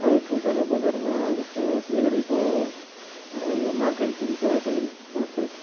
अलिक ठुल्ठुलो बजारमा जस्तो सिलगडीको यो मार्केट जुन छ रेगुलेटेड मार्केट